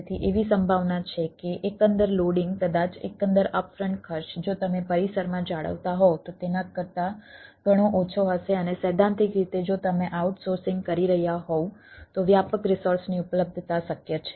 તેથી એવી સંભાવના છે કે એકંદર લોડિંગ કરી રહ્યાં હોવ તો વ્યાપક રિસોર્સની ઉપલબ્ધતા શક્ય છે